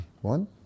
one